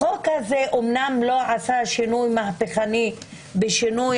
החוק הזה אמנם לא עשה שינוי מהפכני בשינוי